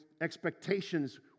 expectations